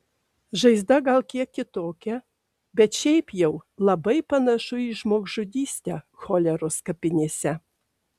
žaizda gal kiek kitokia bet šiaip jau labai panašu į žmogžudystę choleros kapinėse